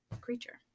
creature